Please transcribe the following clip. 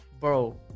bro